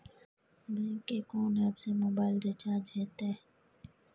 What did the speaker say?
Bank के कोन app से मोबाइल रिचार्ज हेते?